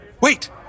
Wait